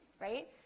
right